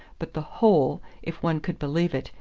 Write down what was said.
but the hole, if one could believe it,